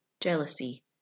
jealousy